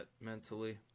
mentally